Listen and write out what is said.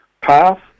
path